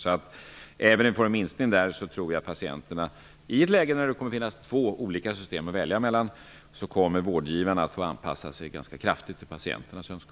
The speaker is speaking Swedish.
Även om det blir en minskning på detta område tror jag att vårdgivarna -- i ett läge då det kommer att finnas två olika system att välja mellan -- kommer att få anpassa sig ganska kraftigt till patienternas önskemål.